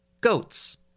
goats